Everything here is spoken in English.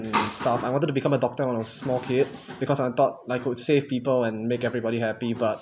and stuff I wanted to become a doctor when I was a small kid because I thought like I'd save people and make everybody happy but